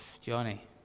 johnny